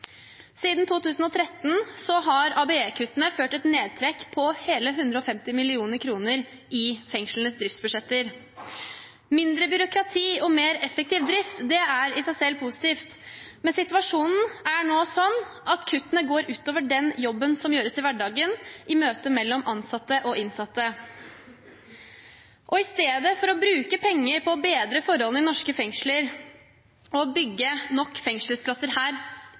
Siden 2013 har ABE-kuttene ført til et nedtrekk på hele 150 mill. kr i fengslenes driftsbudsjetter. Mindre byråkrati og mer effektiv drift er i seg selv positivt. Men situasjonen er nå slik at kuttene går ut over den jobben som gjøres i hverdagen, i møtet mellom ansatte og innsatte. I stedet for å bruke penger på å bedre forholdene i norske fengsler og bygge nok fengselsplasser her